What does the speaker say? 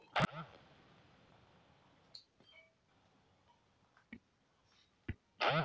मला कोणत्या काळासाठी कर्ज मिळू शकते?